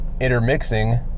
intermixing